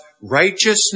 righteousness